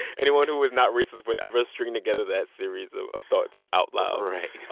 anyone who was not racist would ever string together that series of of thoughts out loud right.